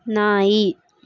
ನಾಯಿ